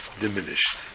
diminished